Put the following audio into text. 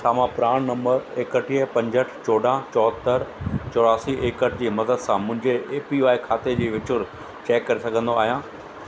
छा मां PRAN number एकटीह पंजहठि चोॾहां चोहतरि चौरासी एकहठि जी मदद सां मुंहिंजे ए पी वाई खाते जी विचूर चैक करे सघंदो आहियां